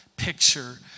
picture